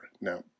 Now